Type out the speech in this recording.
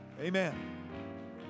Amen